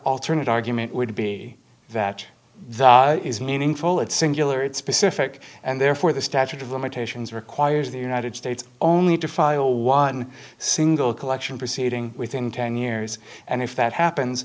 alternate argument would be that is meaningful it singular it's specific and therefore the statute of limitations requires the united states only to file one single collection proceeding within ten years and if that happens